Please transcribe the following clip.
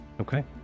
Okay